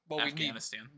Afghanistan